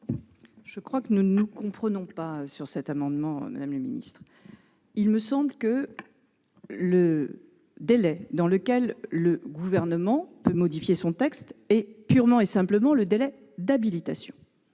Je crois que nous ne nous comprenons pas sur cet amendement, madame la secrétaire d'État. Il me semble que le délai pendant lequel le Gouvernement peut modifier son texte est purement et simplement le délai d'habilitation.